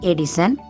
Edison